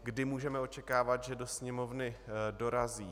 Kdy můžeme očekávat, že do Sněmovny dorazí.